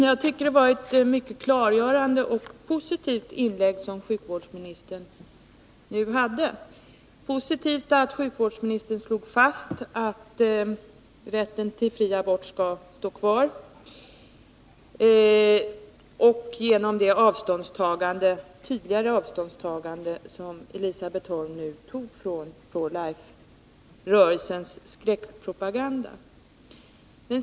Herr talman! Det var ett mycket klargörande och positivt inlägg från sjukvårdsministern. Det var bl.a. positivt att sjukvårdsministern slog fast att rätten till fri abort skall stå kvar. Det tidigare avståndstagandet från Pro Life-rörelsens skräckpropaganda var också värdefullt.